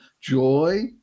joy